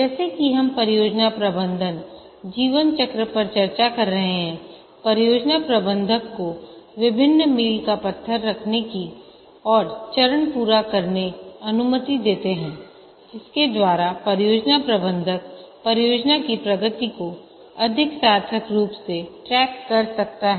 जैसे की हम परियोजना प्रबंधन जीवन चक्र पर चर्चा कर रहे हैं परियोजना प्रबंधक को विभिन्न मील का पत्थर रखने की और चरण पूरा करने अनुमति देते हैं जिसके द्वारा परियोजना प्रबंधक परियोजना की प्रगति को अधिक सार्थक रूप से ट्रैक कर सकता है